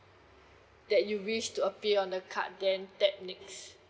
that you wish to appear on the card then tap next